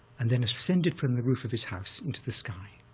and then ascended from the roof of his house into the sky.